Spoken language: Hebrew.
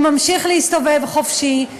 הוא ממשיך להסתובב חופשי,